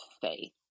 faith